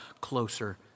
closer